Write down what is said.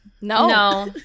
No